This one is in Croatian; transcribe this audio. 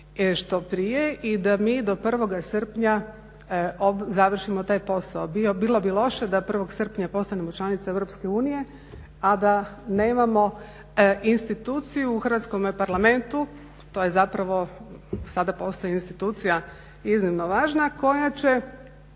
što prije. I da mi do 1. srpnja završimo taj posao. Bilo bi loše da 1. srpnja postanemo članica Europske unije a da nemamo instituciju u Hrvatskome parlamentu, to je zapravo, sada postaje institucija iznimno važna koja će